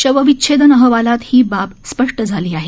शवविच्छेदन अहवालात ही बाब स्पष्ट झाली आहे